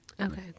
Okay